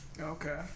Okay